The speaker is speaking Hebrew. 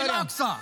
סביבותיו).